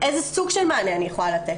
איזה סוג של מענה אני יכולה לתת?